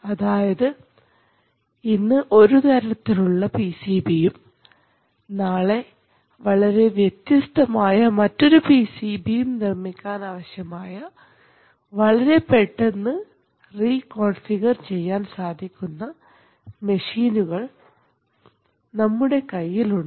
അതായത് ഇന്ന് ഒരു തരത്തിലുള്ള പിസിബി യും നാളെ വളരെ വ്യത്യസ്തമായ ആയ മറ്റൊരു പിസിബി യും നിർമ്മിക്കാനാവശ്യമായ വളരെ പെട്ടെന്ന് റീകോൺഫിഗർ ചെയ്യാൻ സാധിക്കുന്ന മെഷീനുകൾ നമ്മുടെ കയ്യിൽ ഉണ്ട്